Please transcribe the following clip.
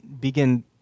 begin